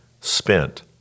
spent